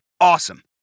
Awesome